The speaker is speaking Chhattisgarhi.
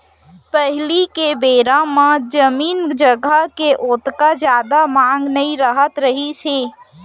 पहिली के बेरा म जमीन जघा के ओतका जादा मांग नइ रहत रहिस हे